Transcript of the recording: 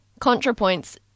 ContraPoints